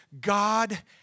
God